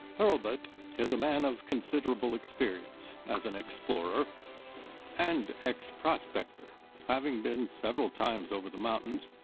hurlbut is a man of considerable experience as an explorer and ex-prospector, having been several times over the mountains,